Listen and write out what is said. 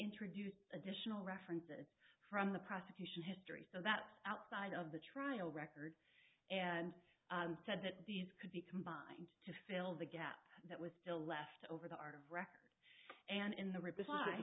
introduced additional references from the prosecution history so that's outside of the trial record and said that these could be compared to fill the gap that was still left over the art of record and in the reply